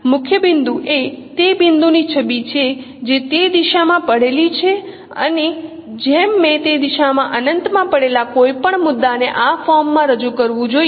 મુખ્ય બિંદુ એ તે બિંદુની છબી છે જે તે દિશામાં પડેલી છે અને જેમ મેં તે દિશા માં અનંત માં પડેલા કોઈપણ મુદ્દાને આ ફોર્મમાં રજૂ કરવું જોઈએ